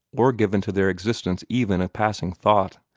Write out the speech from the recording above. or given to their existence even a passing thought.